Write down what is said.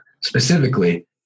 specifically